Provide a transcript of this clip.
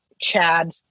chad